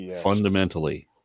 fundamentally